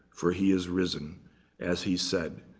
for he is risen as he said.